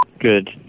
Good